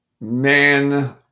man